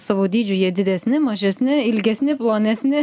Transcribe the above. savo dydžiu jie didesni mažesni ilgesni plonesni